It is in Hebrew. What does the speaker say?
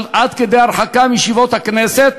עד כדי הרחקה מישיבות הכנסת,